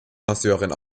masseurin